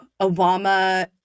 Obama